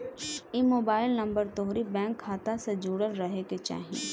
इ mobile number तोहरी bank खाता से जुड़ल रहे के चाही